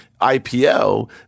IPO